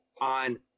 on